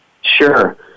Sure